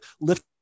lift